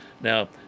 Now